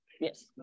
Yes